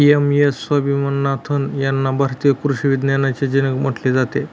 M S Swaminathan यांना भारतीय कृषी विज्ञानाचे जनक म्हटले जाते